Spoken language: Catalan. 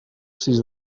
sis